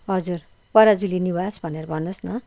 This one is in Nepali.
हजुर पराजुली निवास भनेर भन्नुहोस् न